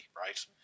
right